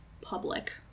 public